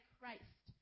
Christ